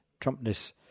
Trumpness